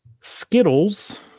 Skittles